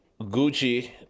Gucci